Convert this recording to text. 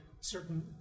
certain